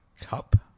cup